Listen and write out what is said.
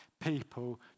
people